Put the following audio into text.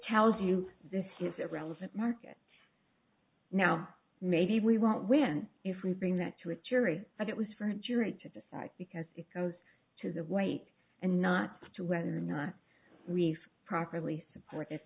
tells you this it's a relevant market now maybe we won't win if we bring that to a jury but it was for a jury to decide because it goes to the weight and not to whether or not we've properly support